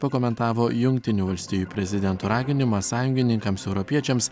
pakomentavo jungtinių valstijų prezidento raginimą sąjungininkams europiečiams